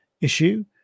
issue